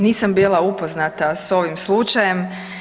Nisam bila upoznata s ovim slučajem.